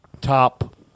Top